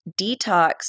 detox